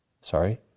Sorry